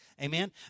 Amen